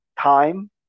time